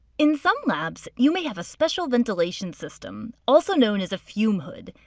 in some labs, you may have a special ventilation system, also known as a fume hood.